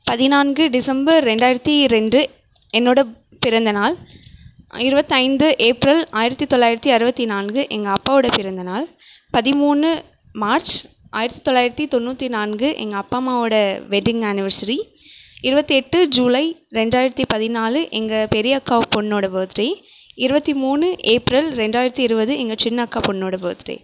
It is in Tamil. பதினான்கு டிசம்பர் ரெண்டாயிரத்தி ரெண்டு என்னோட பிறந்தநாள் இருபத்தைந்து ஏப்ரல் ஆயிரத்தி தொளாயிரத்தி அறுபத்தி நான்கு எங்கள் அப்பாவோட பிறந்தநாள் பதிமூணு மார்ச் ஆயிரத்தி தொளாயிரத்தி தொண்ணூற்றி நான்கு எங்கள் அப்பா அம்மாவோட வெட்டிங் ஆனிவெர்சரி இருபத்தி எட்டு ஜூலை ரெண்டாயிரத்தி பதினாலு எங்க பெரிய அக்கா பெண்ணோட பேர்த்டே இருவத்தி மூணு ஏப்ரல் ரெண்டாயிரத்தி இருபது எங்கள் சின்ன அக்கா பெண்ணோட பேர்த்டே